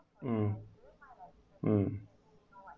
um um